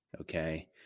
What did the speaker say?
okay